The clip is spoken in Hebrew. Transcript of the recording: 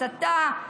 הסתה,